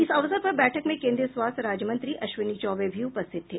इस अवसर पर बैठक में केन्द्रीय स्वास्थ्य राज्य मंत्री अश्विनी चौबे भी उपस्थित थे